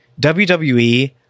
WWE